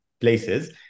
places